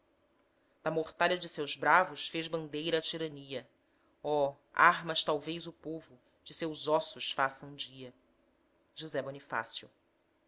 da mortalha de seus bravos fez bandeira a tirania oh armas talvez o povo deseus ossos faça um dia